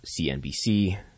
CNBC